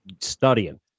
studying